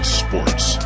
sports